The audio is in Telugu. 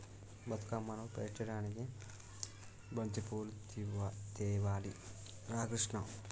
బతుకమ్మను పేర్చడానికి బంతిపూలు తేవాలి రా కిష్ణ